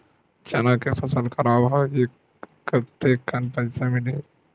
चना के फसल खराब होही कतेकन पईसा मिलही?